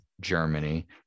Germany